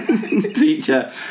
Teacher